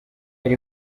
hari